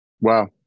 Wow